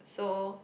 so